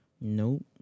Nope